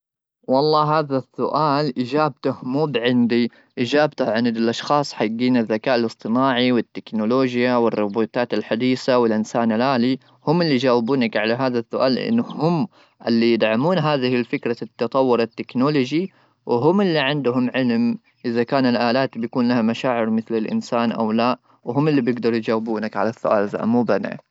والله هذا السؤال اجابته مو بعندي اجابته عن الاشخاص حقين الذكاء الاصطناعي والتكنولوجيا والروبوتات الحديثه ,والانسان الالي هم اللي جاوبوني على هذا السؤال ,لانه هم اللي يدعمون هذه الفكره التطور التكنولوجي, وهم اللي عندهم علم, اذا كان الالات بيكون لها مشاعر مثل الانسان او لا وهم اللي بيقدروا يجاوبونك على السؤال مو انا.